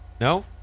No